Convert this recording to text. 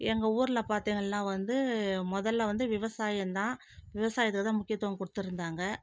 எங்கள் ஊரில் பார்த்தீங்கள்னா வந்து முதலில் வந்து விவசாயம் தான் விவசாயத்துக்கு தான் முக்கியத்துவம் கொடுத்திருந்தாங்க